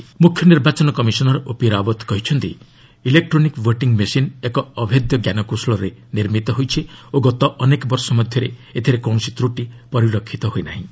CEC EVM ମ୍ବଖ୍ୟ ନିର୍ବାଚନ commissioner OP Rawat କହିଛନ୍ତି ଇଲେକ୍ଟ୍ରୋନିକ ଭୋଟିଂ ମେସିନ୍ ଏକ ଅଭେଦ୍ୟ ଜ୍ଞାନକୌଶଳରେ ନିର୍ମିତ ହୋଇଛି ଓ ଗତ ଅନେକ ବର୍ଷ ମଧ୍ୟରେ ଏଥିରେ କୌଣସି ତ୍ରଟି ପରିଲକ୍ଷିତ ହୋଇ ନାହିଁ